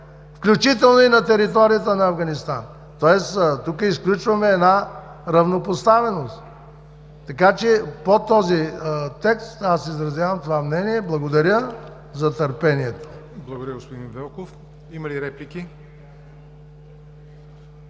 включително и на територията на Афганистан. Тоест тук изключваме една равнопоставеност. Така че по този текст аз изразявам това мнение. Благодаря за търпението. ПРЕДСЕДАТЕЛ ЯВОР НОТЕВ: Благодаря, господин Велков. Има ли реплики?